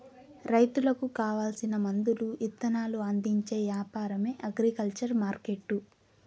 రైతులకు కావాల్సిన మందులు ఇత్తనాలు అందించే యాపారమే అగ్రికల్చర్ మార్కెట్టు